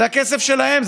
זה הכסף שלהם,